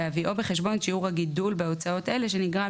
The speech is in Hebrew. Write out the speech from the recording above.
בהביאו בחשבון את שיעור הגידול בהוצאות אלה שנגרם